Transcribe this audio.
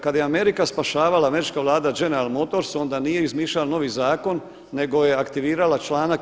Kada je Amerika spašavala, američka Vlada General motors onda nije izmišljala novi zakon, nego je aktivirala članak